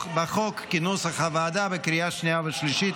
בחוק כנוסח הוועדה בקריאה שנייה ושלישית.